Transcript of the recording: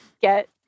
get